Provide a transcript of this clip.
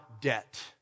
debt